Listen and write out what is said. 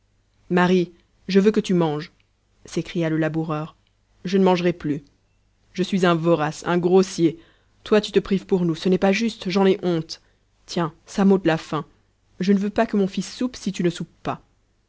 marie je veux que tu manges s'écria le laboureur je ne mangerai plus je suis un vorace un grossier toi tu te prives pour nous ce n'est pas juste j'en ai honte tiens ça m'ôte la faim je ne veux pas que mon fils soupe si tu ne soupes pas